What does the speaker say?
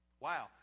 Wow